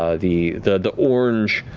ah the the orange.